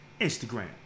instagram